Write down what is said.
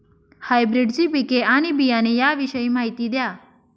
हायब्रिडची पिके आणि बियाणे याविषयी माहिती द्या